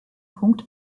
punkt